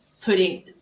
putting